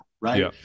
right